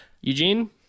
Eugene